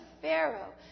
Pharaoh